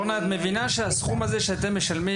אורנה את מבינה שהסכום הזה שאתם משלמים,